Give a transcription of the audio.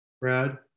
Brad